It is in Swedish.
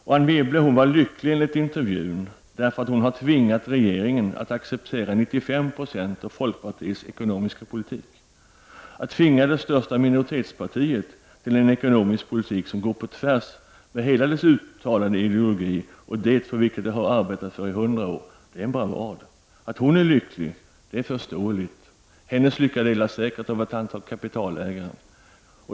Anne Wibble är lycklig enligt intervjun därför att hon har tvingat regeringen att acceptera 95 Jo av folkpartiets ekonomiska politik. Att tvinga det största minoritetspartiet till en ekonomisk politik, som går på tvärs med hela dess uttalade ideologi för vilket det har arbetat i hundra år är en bravad. Att hon är lycklig är förståeligt. Hennes lycka delas säkert av ett antal stora kapitalägare.